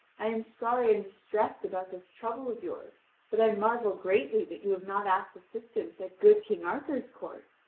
i am sorry and distressed about this trouble of yours but i marvel greatly that you have not asked assistance at good king arthur's court.